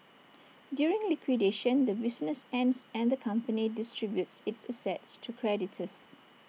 during liquidation the business ends and the company distributes its assets to creditors